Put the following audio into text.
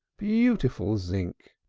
beautiful zinc!